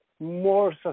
more